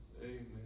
Amen